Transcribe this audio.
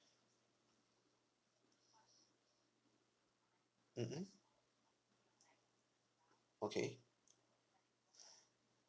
mm mm okay